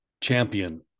Champion